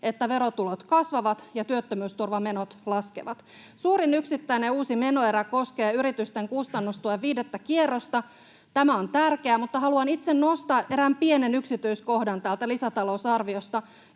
että verotulot kasvavat ja työttömyysturvamenot laskevat. Suurin yksittäinen uusi menoerä koskee yritysten kustannustuen viidettä kierrosta. Tämä on tärkeää, mutta haluan itse nostaa täältä lisätalousarviosta